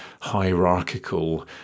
hierarchical